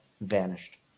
vanished